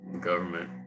government